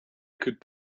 could